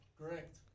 Correct